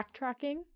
backtracking